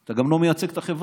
אתה גם לא מייצג את החברה.